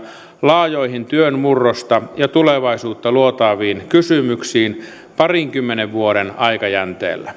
laajoihin työn murrosta ja tulevaisuutta luotaaviin kysymyksiin parinkymmenen vuoden aikajänteellä nyt